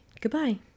goodbye